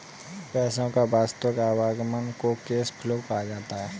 पैसे का वास्तविक आवागमन को कैश फ्लो कहा जाता है